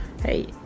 hey